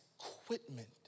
equipment